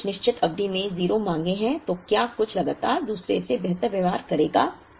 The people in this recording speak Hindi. अगर कुछ निश्चित अवधि में 0 मांगें हैं तो क्या कुछ लगातार दूसरे से बेहतर व्यवहार करेगा